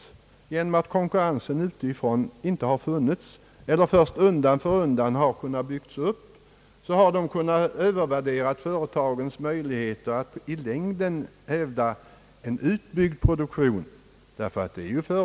På grund av att konkurrens utifrån inte har funnits eller kunnat byggas upp först undan för undan har de svenska företagen Öövervärderat sina möjligheter att i längden hävda en utbyggd produktion.